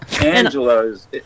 Angela's